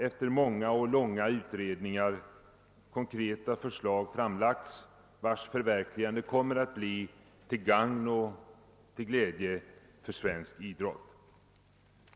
Efter många och långa utredningar har konkreta förslag framlagts, vilkas förverkligande kommer att bli till gagn och till glädje för svensk idrott.